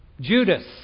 Judas